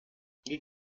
les